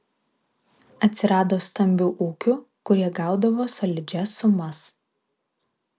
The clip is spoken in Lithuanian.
atsirado stambių ūkių kurie gaudavo solidžias sumas